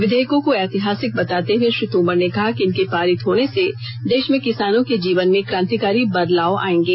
विधेयकों को ऐतिहासिक बताते हुए श्री तोमर ने कहा कि इनके पारित होने से देश में किसानों के जीवन में क्रांतिकारी बदलाव आएंगे